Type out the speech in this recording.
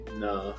No